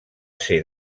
ser